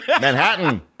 Manhattan